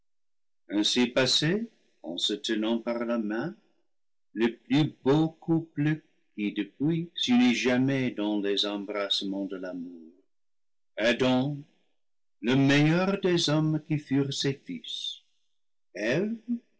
ainsi passait en se tenant par la main le plus beau couple qui depuis s'il ne jamais dans les embrassements de l'amour adam le meilleur des hommes qui furent ses fils